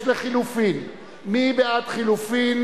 בעד,